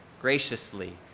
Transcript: graciously